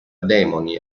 demoni